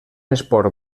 esport